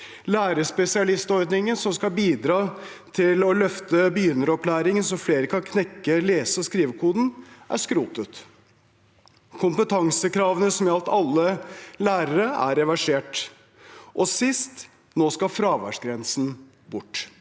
Lærerspesialistordningen, som skal bidra til å løfte begynneropplæringen så flere kan knekke lese- og skrivekoden, er skrotet. Kompetansekravene som gjaldt alle lærere, er reversert. Og sist: Nå skal fraværsgrensen bort.